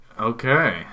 Okay